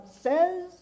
says